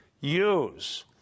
use